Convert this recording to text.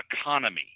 economy